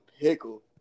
pickle